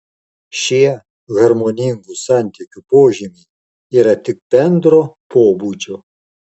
šie harmoningų santykių požymiai yra tik bendro pobūdžio